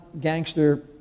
gangster